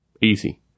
Easy